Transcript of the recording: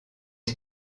est